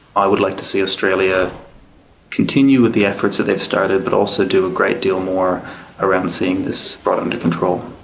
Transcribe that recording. i would like to see australia continue with the efforts that they have started, but also to do a great deal more around seeing this brought under control.